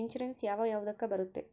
Insurance ಯಾವ ಯಾವುದಕ್ಕ ಬರುತ್ತೆ?